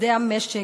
עובדי המשק,